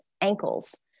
ankles